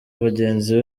bagenzi